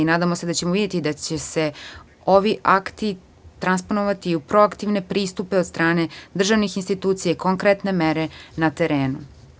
Nadamo se da ćemo videti da će se ovi akti transponovati i u proaktivne pristupe od strane državnih institucija i na konkretne mere na terenu.